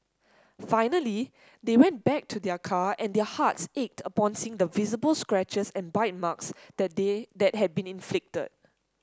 finally they went back to their car and their hearts ached upon seeing the visible scratches and bite marks that they that had been inflicted